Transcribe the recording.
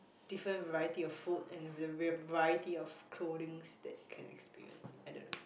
different variety of food and the variety of clothings that you can experience I don't know